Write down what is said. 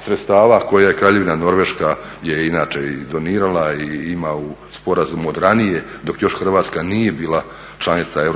sredstava koje Kraljevina Norveška je inače i donirala i ima u sporazumu od ranije dok još Hrvatska nije bila članica EU,